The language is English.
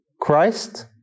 Christ